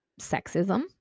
sexism